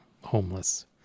homeless